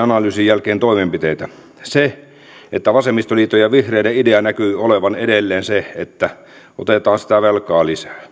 analyysin jälkeen toimenpiteitä vasemmistoliiton ja vihreiden idea näkyy olevan edelleen se että otetaan sitä velkaa